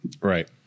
right